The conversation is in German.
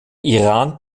iran